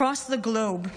Across the globe,